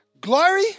Glory